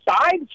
side